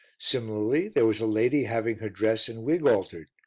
similarly there was a lady having her dress and wig altered,